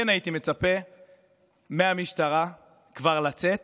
כן הייתי מצפה מהמשטרה כבר לצאת